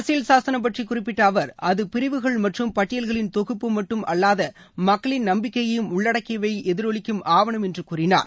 அரசியல் சாசனம் பற்றி குறிப்பிட்ட அவர் அது பிரிவுகள் மற்றும் பட்டியல்களின் தொகுப்பு மட்டும் அல்லாத மக்களின் நம்பிக்கையையும் உள்ளக்கிடக்கைகளையும் எதிரொலிக்கும் ஆவணம் என்று கூறினார்